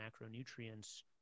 macronutrients